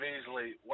easily